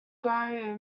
gyro